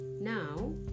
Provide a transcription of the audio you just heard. Now